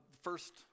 First